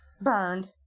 burned